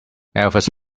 elvis